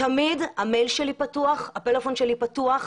תמיד המייל והפלאפון שלי פתוחים.